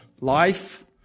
Life